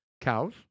cows